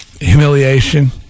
humiliation